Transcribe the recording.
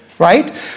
Right